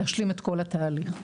להשלים את כל התהליך.